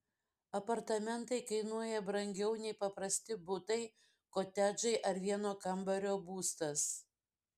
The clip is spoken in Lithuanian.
apartamentai kainuoja brangiau nei paprasti butai kotedžai ar vieno kambario būstas